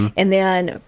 and then,